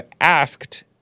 asked